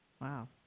Wow